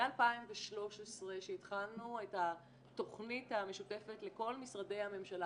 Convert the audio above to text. מ-2013 שהתחלנו את התכנית המשותפת לכל משרדי הממשלה